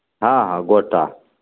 हॅंं हॅं गोटा